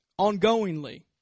ongoingly